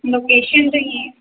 location 'ਤੇ ਹੀ